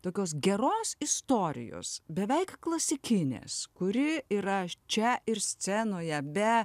tokios geros istorijos beveik klasikinės kuri yra čia ir scenoje be